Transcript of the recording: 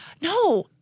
no